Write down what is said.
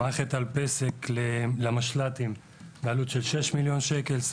מערכת אל-פסק למשל"טים בעלות של 6,000,000 שקל.